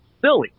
silly